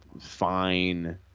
fine